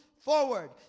forward